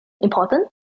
important